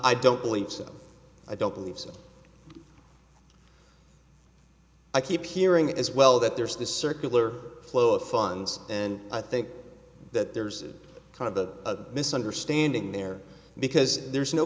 i don't believe so i don't believe so i keep hearing that as well that there's this circular flow of funds and i think that there's kind of a misunderstanding there because there's no